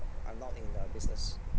I'm not in the business